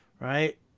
right